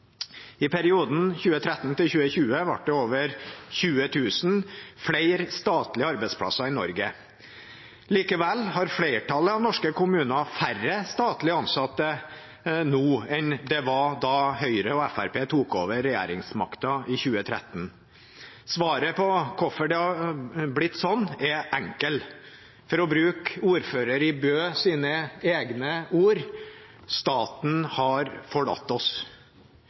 I perioden 2013 til 2020 ble det over 20 000 flere statlige arbeidsplasser i Norge. Likevel har flertallet av norske kommuner færre statlig ansatte nå enn da Høyre og Fremskrittspartiet tok over regjeringsmakten i 2013. Svaret på hvorfor det har blitt slik, er enkelt. For å bruke ordføreren i Bø sine egne ord: Staten har forlatt oss.